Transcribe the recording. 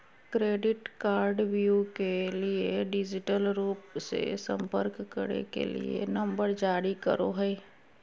credit कार्डव्यू के लिए डिजिटल रूप से संपर्क करे के लिए नंबर जारी करो हइ